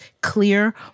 clear